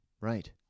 Right